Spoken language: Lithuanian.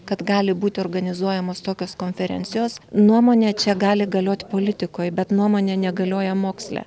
kad gali būti organizuojamos tokios konferencijos nuomonė čia gali galiot politikoj bet nuomonė negalioja moksle